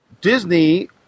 Disney